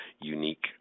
unique